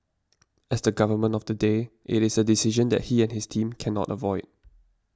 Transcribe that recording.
as the Government of the day it is a decision that he and his team cannot avoid